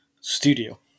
Studio